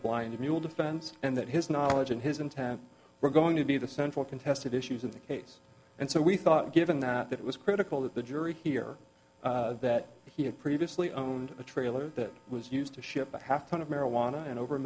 blind mule defense and that his knowledge and his intent were going to be the central contested issues of the case and so we thought given that it was critical that the jury hear that he had previously owned a trailer that was used to ship a half ton of marijuana and over a